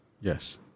Yes